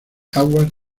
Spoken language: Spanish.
aguas